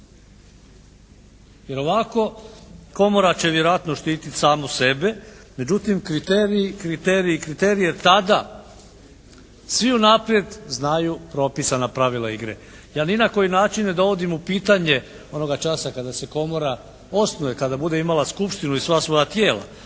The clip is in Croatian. Jer ovako komora će vjerojatno štititi samu sebe. Međutim, kriterij je tada, svi unaprijed znaju propisana pravila igre. Ja ni na koji način ne dovodim u pitanje onoga časa kada se komora osnuje, kada bude imala skupštinu i sva svoja tijela